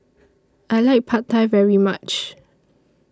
I like Pad Thai very much